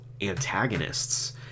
antagonists